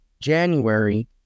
January